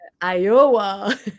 Iowa